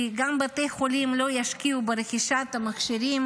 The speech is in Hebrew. כי גם בתי חולים לא ישקיעו ברכישת המכשירים